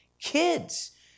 kids